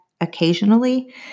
occasionally